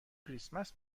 کریسمس